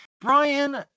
brian